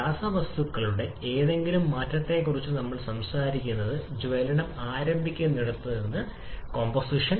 രാസവസ്തുക്കളുടെ എന്തെങ്കിലും മാറ്റത്തെക്കുറിച്ചാണ് നമ്മൾ സംസാരിക്കുന്നത് ജ്വലനം ആരംഭിക്കുന്നിടത്ത് നിന്ന് കോമ്പോസിഷൻ